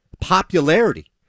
popularity